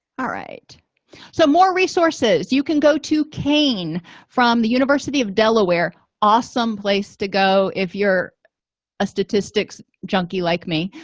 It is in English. ah so more resources you can go to kane from the university of delaware awesome place to go if you're a statistics junkie like me